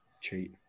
Cheat